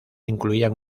incluían